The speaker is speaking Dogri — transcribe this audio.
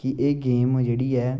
कि एह् गेम जेह्ड़ी ऐ